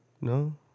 No